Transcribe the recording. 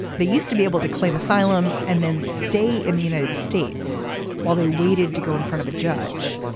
they used to be able to claim asylum and then stay in the united states while they waited to go in front of a judge.